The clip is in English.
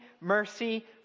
mercy